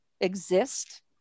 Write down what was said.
exist